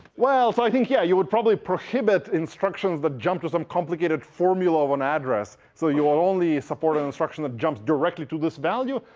well, i think, yeah. you would probably prohibit instructions that jump to some complicated formula of an address. so you will only support an instruction that jumps directly to this value.